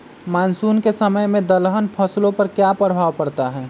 Monsoon के समय में दलहन फसलो पर क्या प्रभाव पड़ता हैँ?